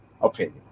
opinion